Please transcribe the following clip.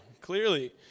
clearly